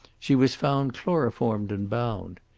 she was found chloroformed and bound.